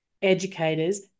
educators